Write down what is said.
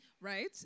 Right